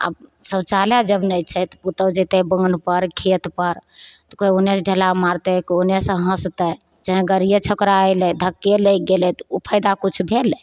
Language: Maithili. आब शौचालय जब नहि छै तऽ पुतहु जेतै बान्ह पर खेतपर तऽ केओ ओन्ने ढेला मारतै तऽ कोइ ओन्नेसे हँसतै चाहेँ गड़िए छोकराइ अइलै धक्के लगि गेलै तऽ ओ फैदा किछु भेलै